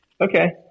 okay